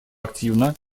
активно